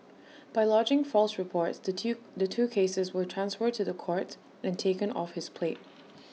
by lodging false reports the two the two cases were transferred to the courts and taken off his plate